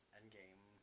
Endgame